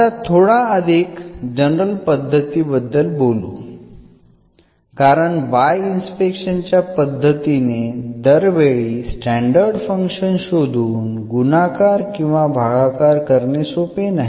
आता थोडा अधिक जनरल पद्धती बद्दल बोलू कारण बाय इन्स्पेक्शन च्या पद्धतीने दर वेळी स्टॅंडर्ड फंक्शन शोधून गुणाकार किंवा भागाकार करणे सोपे नाही